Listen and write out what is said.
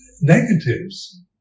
negatives